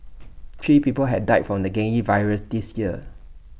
three people have died from the virus this year